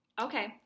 Okay